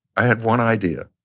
i had one idea.